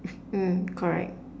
mm correct